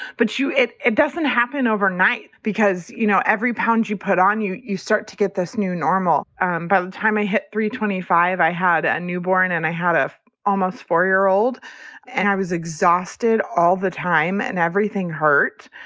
but you it it doesn't happen overnight because, you know, every pound you put on, you you start to get this new normal um by the time i hit three twenty five, i had a newborn and i had ah almost four year old and i was exhausted all the time and everything hurt.